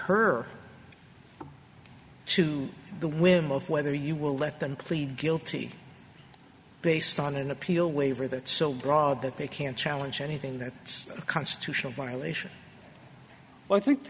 her to the whim of whether you will let them plead guilty based on an appeal waiver that so broad that they can challenge anything that's constitutional violation well i think the